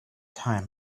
time